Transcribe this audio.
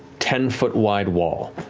ten foot wide wall.